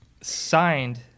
Signed